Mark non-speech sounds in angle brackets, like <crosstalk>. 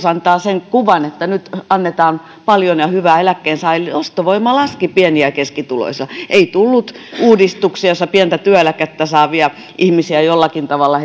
<unintelligible> antaa sen kuvan että nyt annetaan paljon ja hyvää eläkkeensaajille ostovoima laski pieni ja ja keskituloisilla ei tullut uudistuksia joissa pientä työeläkettä saavien ihmisten tilannetta jollakin tavalla <unintelligible>